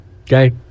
Okay